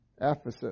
Ephesus